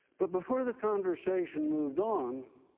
but before the conversation moved on,